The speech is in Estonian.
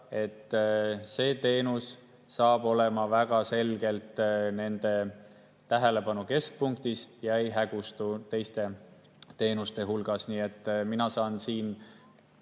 see teenus saab olema väga selgelt nende tähelepanu keskpunktis ega hägustu teiste teenuste hulgas. Nii et mina saan siin